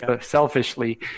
selfishly